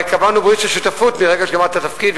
הרי קבענו ברית של שותפות מרגע שגמרת את התפקיד,